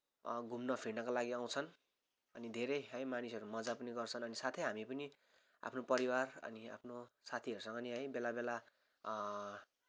घुम्न फिर्नका लगि आउँछन् अनि धेरै है मानिसहरू मज्जा पनि गर्छन् अनि साथै हामी पनि आफ्नो परिवार अनि आफ्नो साथीहरूसँग पनि है बेला बेला